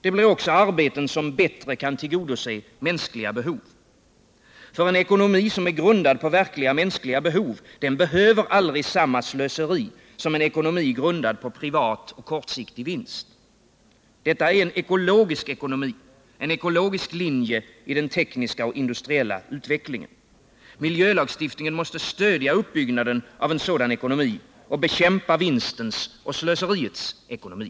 Det blir också arbeten som bättre kan tillgodose mänskliga behov, eftersom en ekonomi som är grundad på verkliga mänskliga behov aldrig behöver samma slöseri som en ekonomi grundad på privat och kortsiktig vinst. Detta är en ekologisk ekonomi, en ekologisk linje i den tekniska och industriella utvecklingen. Miljölagstiftningen måste stödja uppbyggnaden av en sådan ekonomi och bekämpa vinstens och slöseriets ekonomi.